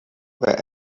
were